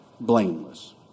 blameless